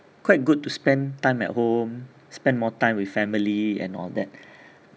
quite good to spend time at home spend more time with family and all that